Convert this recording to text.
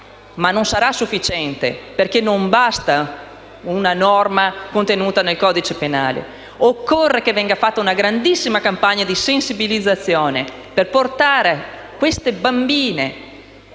sarà però sufficiente, perché non basta una norma contenuta nel codice penale: occorre fare una grandissima campagna di sensibilizzazione perché queste bambine